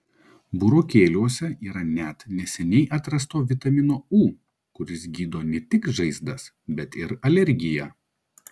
burokėliuose yra net neseniai atrasto vitamino u kuris gydo ne tik žaizdas bet ir alergiją